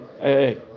hey